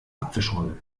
apfelschorle